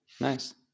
Nice